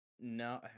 No